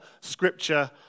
Scripture